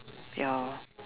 ya